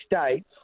states